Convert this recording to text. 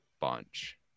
bunch